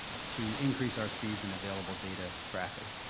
to increase our speeds and available data traffic.